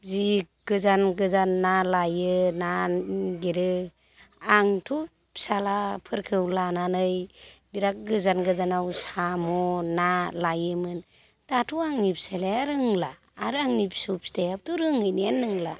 जि गोजान गोजान ना लायो ना नागिरो आंथ' फिसाज्लाफोरखौ लानानै बेराद गोजान गोजानाव साम' ना लायोमोन दाथ' आंनि फिसाज्लाया रोंला आरो आंनि फिसौ फिथायाबोथ' रोंहैनायानो नंला